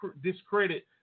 discredit